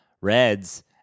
Reds